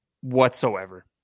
whatsoever